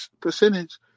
percentage